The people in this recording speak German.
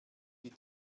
die